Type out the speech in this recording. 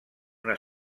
una